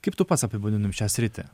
kaip tu pats apibūdintum šią sritį